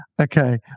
okay